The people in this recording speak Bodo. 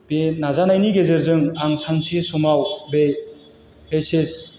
बे नाजानायनि गेजेरजों आं सानसे समाव बे एच एस